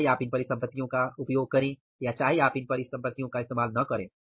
चाहे आप इन परिसंपत्तियों का इस्तेमाल करें या चाहे आप इन परिस्थितियों का इस्तेमाल ना करें